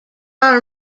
are